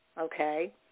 Okay